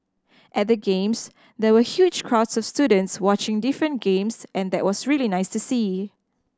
at the Games there were huge crowds of students watching different games and that was really nice to see